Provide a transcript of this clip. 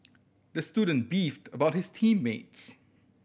the student beefed about his team mates